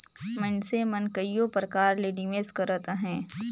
मइनसे मन कइयो परकार ले निवेस करत अहें